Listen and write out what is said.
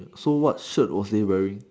so what shirt was he wearing